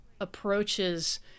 approaches